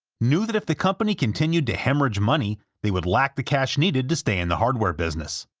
knew that if the company continued to hemorrhage money, they would lack the cash needed to stay in the hardware business.